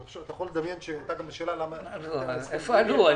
אתה יכול לדמיין שעלתה השאלה למה --- אבל איפה עלו?